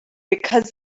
because